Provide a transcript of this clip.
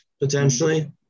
potentially